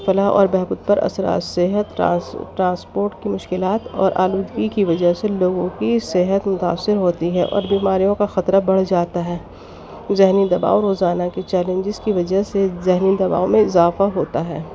فلاح اور بہبود پر اثر اور صحت ٹرانسپوٹ کی مشکلات اور آلودگی کی وجہ سے لوگوں کی صحت متاثر ہوتی ہے اور بیماریوں کا خطرہ بڑھ جاتا ہے ذہنی دباؤ روزانہ کے چیلنجز کی وجہ سے ذہنی دباؤ میں اضافہ ہوتا ہے